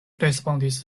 respondis